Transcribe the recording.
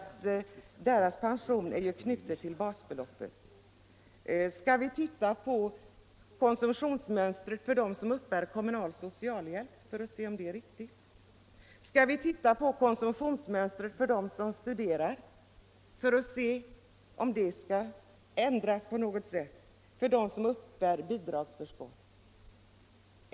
Deras pension är ju knuten till basbeloppet. Skall vi se på konsumtionsmönstret för dem som uppbär kommunal socialhjälp för att se om det är riktigt? Skall vi se på konsumtionsmönstret för dem som studerar för att se om det skall ändras på något sätt — och för dem som uppbär bidragsförskott?